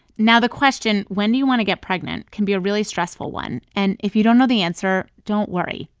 now, the question, when do you want to get pregnant, can be a really stressful one. and if you don't know the answer, don't worry.